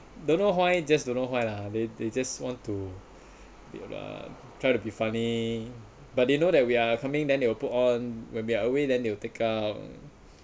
don't know why just don't know why lah they they just want to ya lah try to be funny but they know that we are coming then they will put on when they're away then they will take up